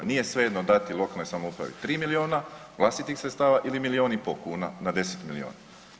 Nije svejedno dati lokalnoj samoupravi 3 milijuna vlastitih sredstava ili milijun i pol kuna na 10 milijuna.